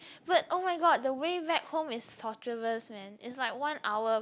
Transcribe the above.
but oh my god the way back home is torturers man is like one hour